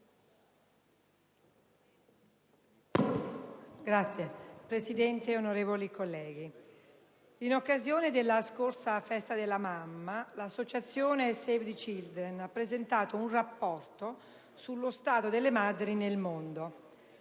Signor Presidente, onorevoli colleghi, in occasione della scorsa Festa della mamma, l'associazione «Save the Children» ha presentato un «Rapporto sullo stato delle madri nel mondo».